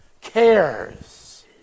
cares